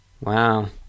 Wow